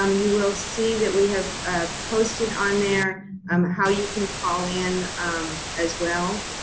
um you will see that we have posted on there um how you can call in as well.